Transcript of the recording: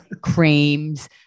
creams